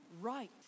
right